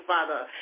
Father